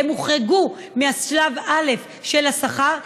והן הוחרגו משלב א' של השכר,